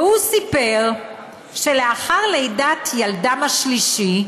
והוא סיפר שלאחר לידת ילדם השלישי,